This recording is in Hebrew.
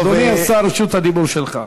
אדוני השר, רשות הדיבור שלך.